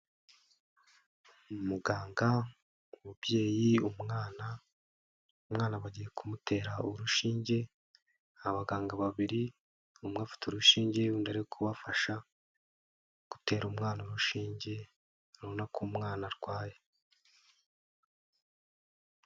Muganga, umubyeyi, umwana, umwana bagiye kumutera urushinge, abaganga babiri umwe afite urushinge undi ari kubafasha gutera umwana urushinge, urabona ko umwana arwaye.